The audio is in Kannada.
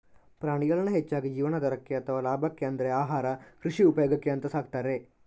ಪ್ರಾಣಿಗಳನ್ನ ಹೆಚ್ಚಾಗಿ ಜೀವನಾಧಾರಕ್ಕೆ ಅಥವಾ ಲಾಭಕ್ಕೆ ಅಂದ್ರೆ ಆಹಾರ, ಕೃಷಿ ಉಪಯೋಗಕ್ಕೆ ಅಂತ ಸಾಕ್ತಾರೆ